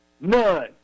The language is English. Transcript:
None